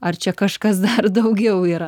ar čia kažkas dar daugiau yra